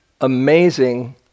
amazing